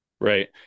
Right